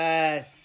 Yes